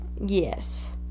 Yes